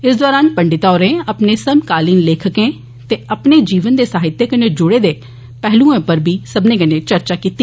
इस दरान पंडिता होरें अपने समकालीन लेखकें ते अपने जीवन दे साहित्य कन्नै जुड़े दे पैहलुएं उप्पर चर्चा कीती